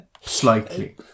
Slightly